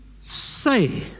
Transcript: say